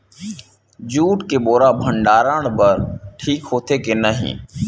Jute के बोरा भंडारण बर ठीक होथे के नहीं?